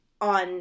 On